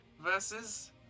versus